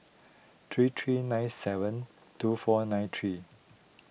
three three nine seven two four nine three